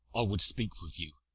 i would speak with you.